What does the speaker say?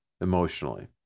emotionally